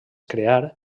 crear